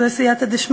זו סייעתא דשמיא,